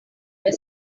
were